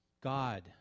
God